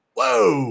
Whoa